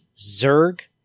Zerg